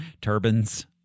turbans